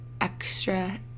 extra